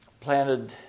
planted